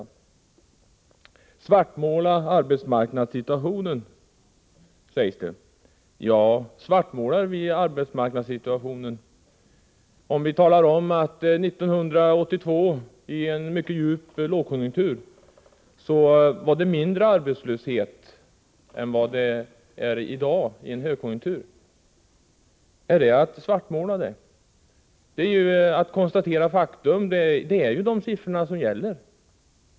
Vi svartmålar arbetsmarknadssituationen, sägs det. Svartmålar vi arbetsmarknadssituationen om vi talar om att det 1982, i en mycket djup lågkonjunktur, var mindre arbetslöshet än vad det är i dag, i en högkonjunktur? Det är ju att konstatera faktum, det är ju de siffrorna som gäller.